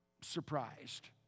surprised